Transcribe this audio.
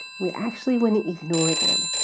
we actually wouldn't ignore them.